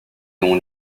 noms